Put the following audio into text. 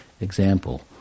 example